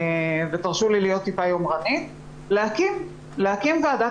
ותרשו לי להיות טיפה יומרנית להקים ועדת